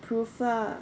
proof lah